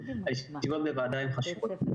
אז הישיבות בוועדה הן חשובות.